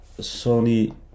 Sony